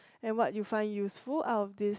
and what you find useful out of this